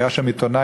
והיה שם עיתונאי,